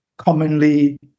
commonly